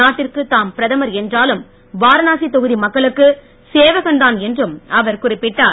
நாட்டிற்கு தாம் பிரதமர் என்றாலும் வாரணாசி தொகுதி மக்களுக்கு சேவகன் தான் என்றும் அவர் குறிப்பிட்டார்